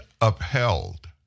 upheld